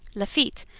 lafitte,